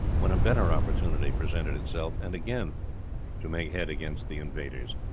when a better opportunity presented itself, and again to make head against the invaders.